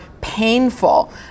painful